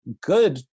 good